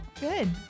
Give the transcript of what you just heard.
Good